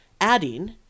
adding